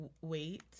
wait